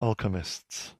alchemists